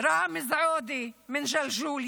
ראמז עודה מג'לג'וליה,